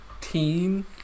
teen